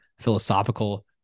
philosophical